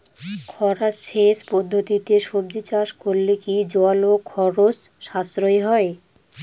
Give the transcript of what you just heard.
খরা সেচ পদ্ধতিতে সবজি চাষ করলে কি জল ও খরচ সাশ্রয় হয়?